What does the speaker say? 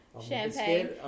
Champagne